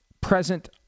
present